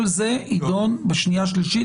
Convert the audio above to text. כל זה יידון בשנייה ושלישית,